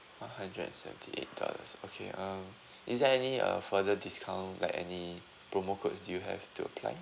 a hundred and seventy eight dollars okay um is there any uh further discount like any promo codes do you have to apply